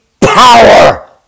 power